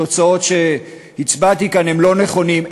התוצאות שהצבעתי כאן לא נכונות,